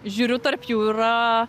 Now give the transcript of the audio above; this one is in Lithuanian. žiūriu tarp jų yra